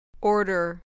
Order